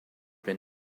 been